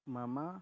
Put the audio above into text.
मम